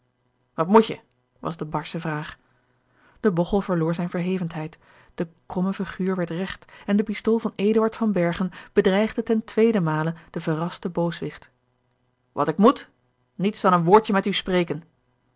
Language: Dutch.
wat moet je was de barsche vraag de bogchel verloor zijne verhevenheid de kromme figuur werd regt en de pistool van eduard van bergen bedreigde ten tweeden male den verrasten booswicht wat ik moet niets dan een woordje met u spreken